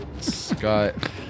Scott